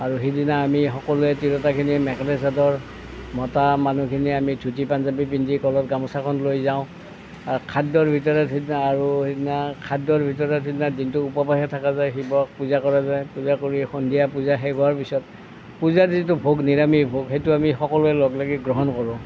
আৰু সেইদিনা আমি সকলোৱে তিৰোতাখিনিয়ে মেখেলা চাদৰ মতা মানুহখিনিয়ে আমি ধূতি পাঞ্জাৱী পিন্ধি গলত গামোচাখন লৈ যাওঁ খাদ্যৰ ভিতৰত সেইদিনা আৰু সেইদিনা খাদ্যৰ ভিতৰত সেইদিনাৰ দিনটো উপবাসে থকা যায় শিৱক পূজা কৰা যায় পূজা কৰি সন্ধিয়া পূজা শেষ হোৱাৰ পিছত পূজাৰ যিটো ভোগ নিৰামিষ ভোগ সেইটো আমি সকলোৱে লগ লাগি গ্ৰহণ কৰোঁ